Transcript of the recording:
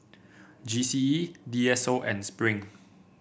G C E D S O and Spring